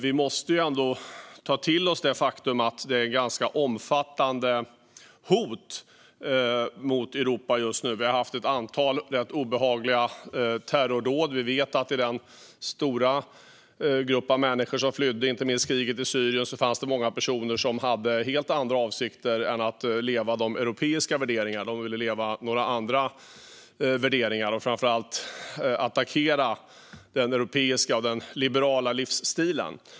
Vi måste ändå ta till oss det faktum att det är ganska omfattande hot mot Europa just nu. Vi har haft ett antal rätt obehagliga terrordåd. Vi vet att i den stora grupp av människor som flydde inte minst från kriget i Syrien fanns det många personer som hade helt andra avsikter än att leva enligt europeiska värderingar. De ville leva enligt några andra värderingar, och framför allt attackera den europeiska och den liberala livsstilen.